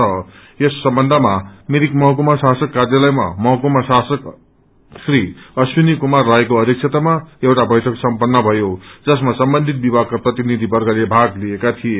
आज यस सम्बन्धमा मिरिक महकुमा शासक काय्पलयमा महकुमा शासक श्री अश्विनी कुमार रायको अध्यक्षतामा एउटा बैठक सम्पन्न भयो जसमा सम्बन्धित विभागका प्रतिनिधिवर्गले भाग लिएका थिए